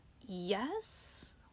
yes